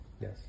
Yes